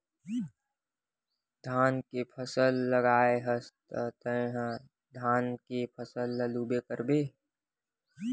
धान के फसल लगाए हस त तय ह धान के फसल ल लूबे करबे